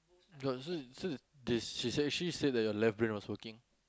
so so this she say she say that your left brain is working